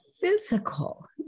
physical